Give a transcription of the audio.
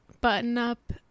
button-up